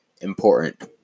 important